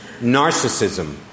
narcissism